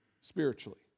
spiritually